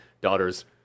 Daughters